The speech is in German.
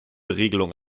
regelung